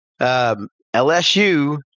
LSU